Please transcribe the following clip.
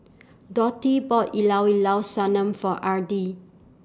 Dotty bought Llao Llao Sanum For Edrie